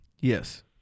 Yes